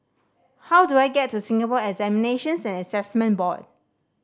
how do I get to Singapore Examinations and Assessment Board